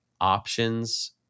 options